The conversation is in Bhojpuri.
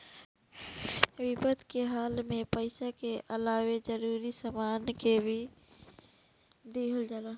विपद के हाल में पइसा के अलावे जरूरी सामान के भी दिहल जाला